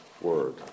word